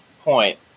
point